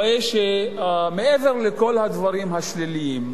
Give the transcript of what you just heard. רואה שמעבר לכל הדברים השליליים,